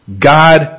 God